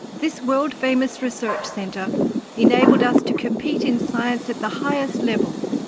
this world-famous research centre enabled us to compete in science at the highest level,